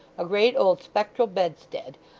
a great old spectral bedstead,